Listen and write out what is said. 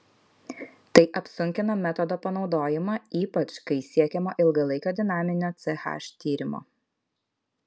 tai apsunkina metodo panaudojimą ypač kai siekiama ilgalaikio dinaminio ch tyrimo